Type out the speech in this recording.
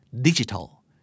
Digital